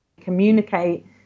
communicate